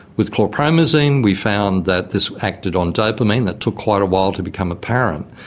with chlorpromazine we found that this acted on dopamine. that took quite a while to become apparent.